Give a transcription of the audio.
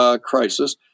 crisis